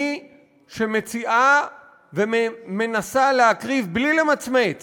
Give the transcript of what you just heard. היא שמציעה ומנסה להקריב בלי למצמץ